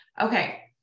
Okay